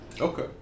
Okay